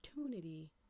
opportunity